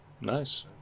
nice